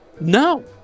No